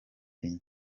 enye